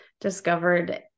discovered